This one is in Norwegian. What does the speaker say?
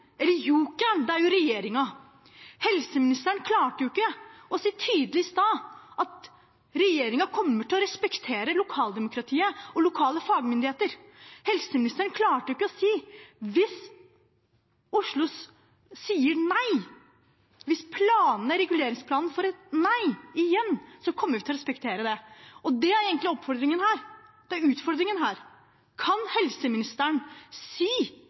Helseministeren klarte ikke i stad å si tydelig at regjeringen kommer til å respektere lokaldemokratiet og lokale fagmyndigheter. Helseministeren klarte ikke å si: Hvis Oslo sier nei, hvis reguleringsplanen får et nei igjen, kommer vi til å respektere det. Det er egentlig oppfordringen – det er utfordringen her: Kan helseministeren si